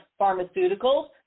pharmaceuticals